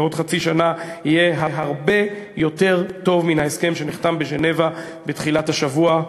בעוד חצי שנה יהיה הרבה יותר טוב מן ההסכם שנחתם בז'נבה בתחילת השבוע.